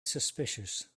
suspicious